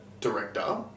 director